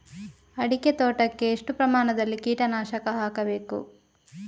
ಅಡಿಕೆ ತೋಟಕ್ಕೆ ಎಷ್ಟು ಪ್ರಮಾಣದಲ್ಲಿ ಕೀಟನಾಶಕ ಹಾಕಬೇಕು?